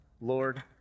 Lord